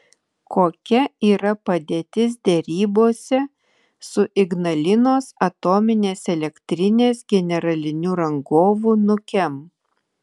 kokia yra padėtis derybose su ignalinos atominės elektrinės generaliniu rangovu nukem